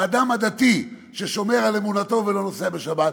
האדם הדתי ששומר על אמונתו ולא נוסע בשבת,